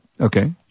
Okay